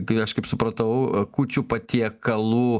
kai aš kaip supratau kūčių patiekalų